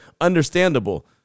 understandable